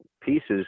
pieces